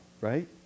right